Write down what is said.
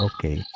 Okay